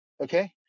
okay